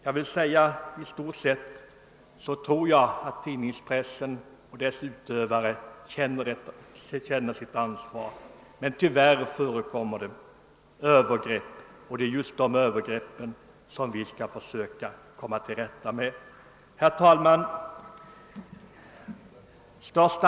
Jag tror att tidningspressen och dess utövare i stort sett känner sitt ansvar, men tyvärr förekommer Övergrepp, och det är dessa vi skall försöka komma till rätta med. Herr talman!